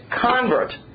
convert